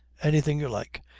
anything you like.